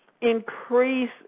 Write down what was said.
increase